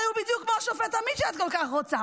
הרי הוא בדיוק כמו השופט עמית, שאת כל כך רוצה.